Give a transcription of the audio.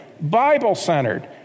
Bible-centered